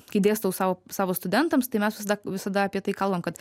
kai dėstau sau savo studentams tai mes visada visada apie tai kalbam kad